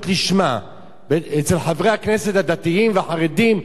לשמה אצל חברי הכנסת הדתיים והחרדים,